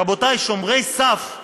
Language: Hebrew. רבותיי, שומרי סף הם